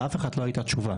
ולאף אחד לא הייתה תשובה.